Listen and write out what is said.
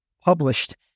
published